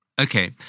Okay